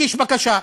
הגיש בקשה.